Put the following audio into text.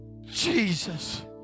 Jesus